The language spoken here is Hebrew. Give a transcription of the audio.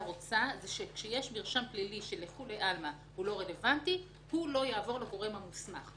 רוצה זה שמרשם פלילי שהוא לא רלוונטי לא יעבור לגורם המוסמך.